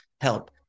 help